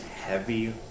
heavy